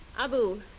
Abu